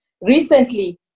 Recently